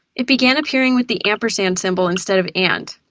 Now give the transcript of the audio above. it began appearing with the ampersand symbol instead of and.